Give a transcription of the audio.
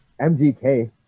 MGK